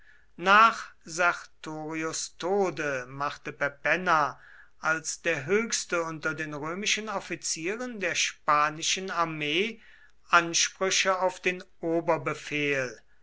nach sertorius tode machte perpenna als der höchste unter den römischen offizieren der spanischen armee ansprüche auf den